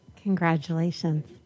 Congratulations